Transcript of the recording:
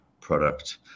product